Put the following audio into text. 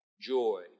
joy